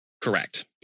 Correct